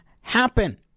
happen